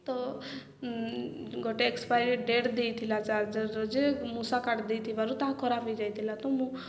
ତ ଗୋଟେ expiry date ଦେଇଥିଲା ଚାର୍ଜରର ଯେ ମୂଷା କାଟି ଦେଇଥିବାରୁ ତାହା ଖରାପ ହେଇଯାଇଥିଲା ତ ମୁଁ